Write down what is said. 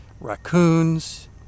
raccoons